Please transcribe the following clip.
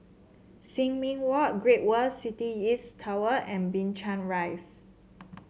Sin Ming Walk Great World City East Tower and Binchang Rise